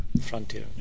Frontier